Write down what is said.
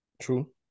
True